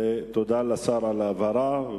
ותודה לשר על ההבהרה.